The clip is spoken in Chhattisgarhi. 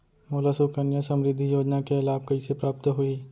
मोला सुकन्या समृद्धि योजना के लाभ कइसे प्राप्त होही?